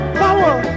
power